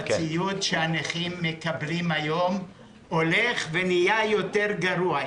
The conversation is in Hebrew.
הציוד שהנכים מקבלים היום נהיה יותר ויותר גרוע.